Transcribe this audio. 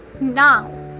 now